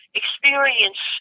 experience